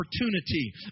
opportunity